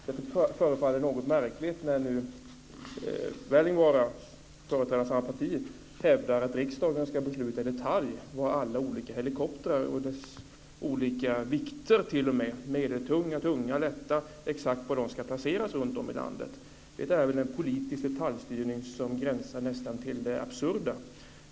Därför förefaller det något märkligt när nu Wälivaara, som företräder samma parti, hävdar att riksdagen ska besluta i detalj var alla olika helikoptrar och t.o.m. deras olika vikter - medeltunga, tunga och lätta - exakt ska placeras runtom i landet. Det är väl en politisk detaljstyrning som nästan gränsar till det absurda.